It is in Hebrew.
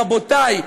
רבותי,